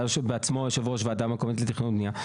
היה בעצמו יושב ראש ועדה מקומית לתכנון ובנייה.